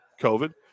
COVID